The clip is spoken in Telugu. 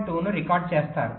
2 ను రికార్డ్ చేస్తారు